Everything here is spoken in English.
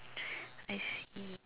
I see